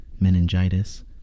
meningitis